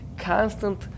Constant